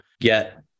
get